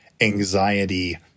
anxiety